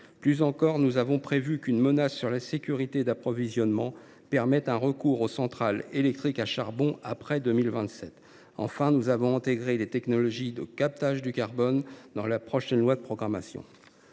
Plus encore, nous avons prévu qu’une menace sur la sécurité d’approvisionnement permette un recours aux centrales électriques à charbon après 2027. Enfin, nous avons intégré les technologies de captage du carbone dans la prochaine loi de programmation.